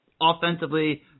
offensively